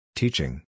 teaching